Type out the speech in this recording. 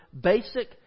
basic